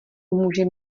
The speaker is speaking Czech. pomůže